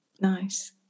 Nice